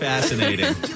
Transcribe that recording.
Fascinating